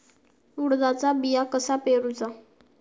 उडदाचा बिया कसा पेरूचा?